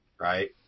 Right